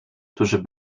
którzy